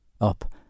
up